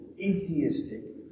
atheistic